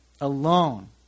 alone